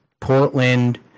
Portland